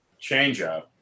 changeup